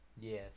Yes